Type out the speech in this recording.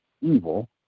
evil